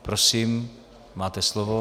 Prosím, máte slovo.